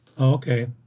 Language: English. Okay